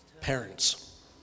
Parents